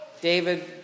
David